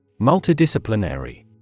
Multidisciplinary